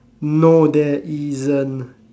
no there isn't